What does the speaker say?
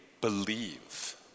believe